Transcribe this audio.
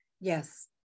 Yes